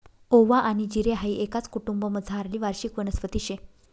ओवा आनी जिरे हाई एकाच कुटुंबमझारली वार्षिक वनस्पती शे